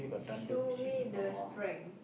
show me the strength